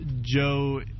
Joe